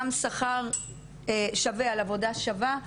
גם שכר שווה על עבודה שווה,